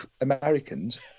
Americans